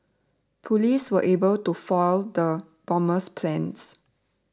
police were able to foil the bomber's plans